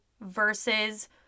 versus